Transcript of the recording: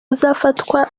uzafatwa